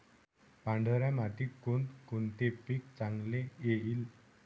पांढऱ्या मातीत कोणकोणते पीक चांगले येईल?